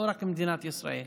לא רק במדינת ישראל.